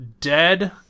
dead